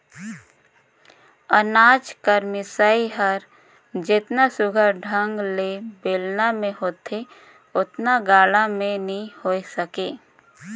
अनाज कर मिसई हर जेतना सुग्घर ढंग ले बेलना मे होथे ओतना गाड़ा मे नी होए सके